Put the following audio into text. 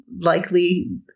likely